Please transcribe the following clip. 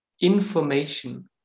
information